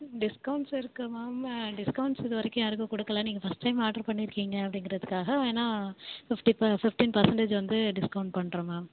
discounts இருக்குது ma'am discounts இது வரைக்கும் யாருக்கும் கொடுக்கல நீங்கள் ஃபஸ்ட் டைம் ஆட்ரு பண்ணியிருக்கீங்க அப்படிங்கிறதுக்காக வேணா ஃபிஃப்ட்டி ப ஃபிஃப்ட்டீன் பர்சண்டேஜ் வந்து டிஸ்கௌன்ட் பண்ணுறோம் மேம்